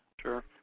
Sure